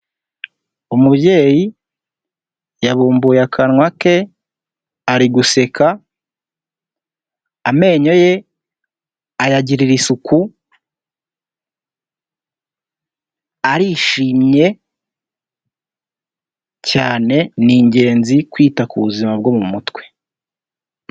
Umubyeyi yabumbuye akanwa ke, ari guseka, amenyo ye ayagirira isuku, arishimye cyane, ni ingenzi kwita ku buzima bwo mu mutwe.